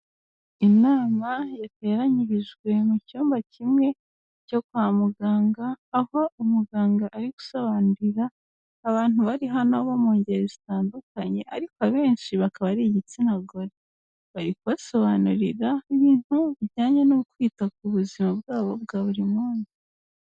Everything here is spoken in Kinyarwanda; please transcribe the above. Inama yateranyirijwe mu cyumba kimwe cyo kwa muganga, aho umuganga ari gusobanurira abantu bari hano bo mu ngeri zitandukanye ariko abenshi bakaba ari igitsina gore, ari kubasobanurira ibintu bijyanye no kwita ku buzima bwabo bwa buri munsi.